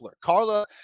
Carla